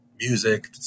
music